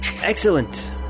Excellent